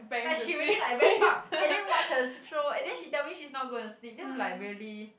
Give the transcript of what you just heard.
like she already like wrap up and then watch her sh~ show and then she tell me she's not gonna sleep then I'm like really